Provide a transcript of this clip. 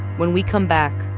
when we come back,